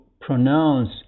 pronounce